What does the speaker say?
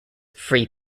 free